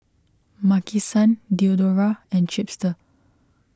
Maki San Diadora and Chipster